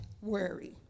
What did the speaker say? worry